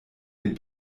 den